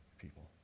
people